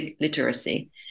literacy